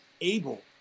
able